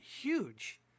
huge